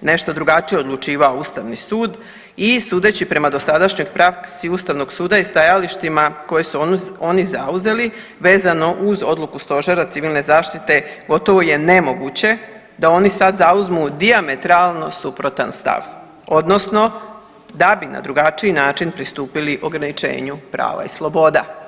nešto drugačije odlučivao Ustavni sud i sudeći prema dosadašnjoj praksi Ustavnog suda i stajalištima koje su oni zauzeli vezano uz odluku stožera civilne zaštite gotovo je nemoguće da oni sad zauzmu dijametralno suprotan stav odnosno da bi na drugačiji način pristupili ograničenju prava i sloboda.